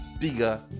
bigger